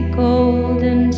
golden